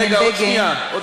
רגע, עוד שנייה.